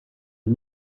the